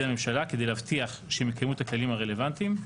הממשלה כדי להבטיח שהם יקיימו את הכללים הרלוונטיים,